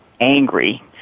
angry